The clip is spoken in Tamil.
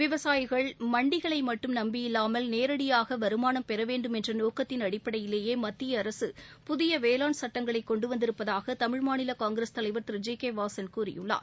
விவசாயிகள் மண்டிகளை மட்டும் நம்பியில்லாமல் நேரடியாக வருமானம் பெற வேண்டும் என்ற நோக்கத்தின் அடிப்படையிலேயே மத்திய அரசு புதிய வேளாண் சட்டங்களை கொண்டுவந்திருப்பதாக தமிழ் மாநில காங்கிரஸ் தலைவர் திரு ஜி கே வாசன் கூறியுள்ளார்